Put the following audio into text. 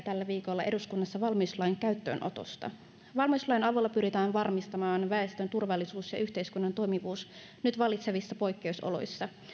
tällä viikolla valmiuslain käyttöönotosta valmiuslain avulla pyritään varmistamaan väestön turvallisuus ja yhteiskunnan toimivuus nyt vallitsevissa poikkeusoloissa